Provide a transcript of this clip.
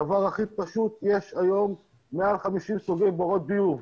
הרי הדבר הכי פשוט יש היום מעל 50 סוגי בורות ביוב.